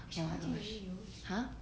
!wah! oh gosh ha